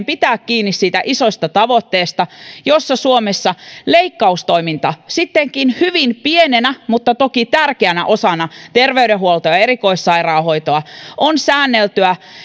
pitää kiinni siitä isosta tavoitteesta että suomessa leikkaustoiminta sittenkin hyvin pienenä mutta toki tärkeänä osana terveydenhuoltoa ja erikoissairaanhoitoa on säänneltyä